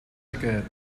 aquest